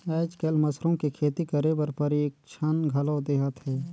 आयज कायल मसरूम के खेती करे बर परिक्छन घलो देहत हे